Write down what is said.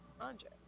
Andre